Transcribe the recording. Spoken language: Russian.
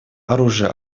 оружие